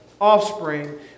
offspring